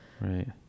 Right